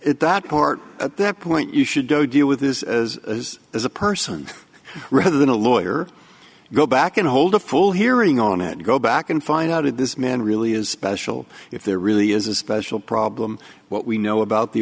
it that court at that point you should go deal with this as a person rather than a lawyer go back and hold a full hearing on it and go back and find out if this man really is bestial if there really is a special problem what we know about the